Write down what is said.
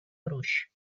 gruix